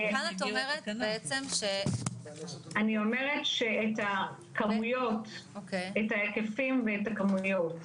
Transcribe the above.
את אומרת בעצם --- אני אומרת שאת הכמויות את ההיקפים ואת הכמויות.